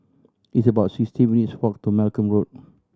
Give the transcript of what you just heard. it's about sixty minutes' walk to Malcolm Road